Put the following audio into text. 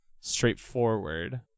straightforward